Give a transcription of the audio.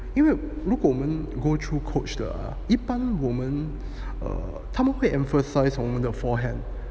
因为如果我们 go through coach 了啊一般我们 err 他们会 emphasize 我们的 forehand